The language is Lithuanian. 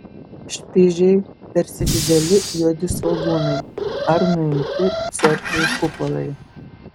špižiai tarsi dideli juodi svogūnai ar nuimti cerkvių kupolai